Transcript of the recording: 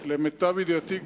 למיטב ידיעתי,